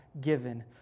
given